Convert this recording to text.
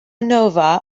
nova